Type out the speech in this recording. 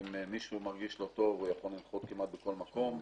אם מישהו מרגיש לא טוב הוא יכול לנחות כמעט בכל מקום.